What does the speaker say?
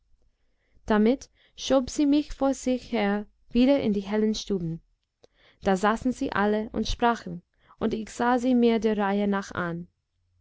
damit schob sie mich vor sich her wieder in die hellen stuben da saßen sie alle und sprachen und ich sah sie mir der reihe nach an